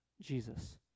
Jesus